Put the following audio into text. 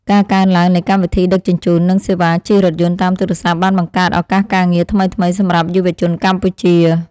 ការកើនឡើងនៃកម្មវិធីដឹកជញ្ជូន និងសេវាជិះរថយន្តតាមទូរស័ព្ទបានបង្កើតឱកាសការងារថ្មីៗសម្រាប់យុវជនកម្ពុជា។